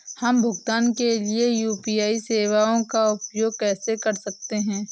हम भुगतान के लिए यू.पी.आई सेवाओं का उपयोग कैसे कर सकते हैं?